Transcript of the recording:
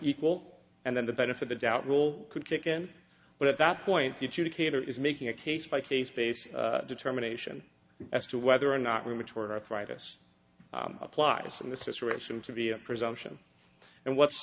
equal and then the benefit the doubt will kick in but at that point you decatur is making a case by case basis determination as to whether or not rheumatoid arthritis applies in this situation to be a presumption and what's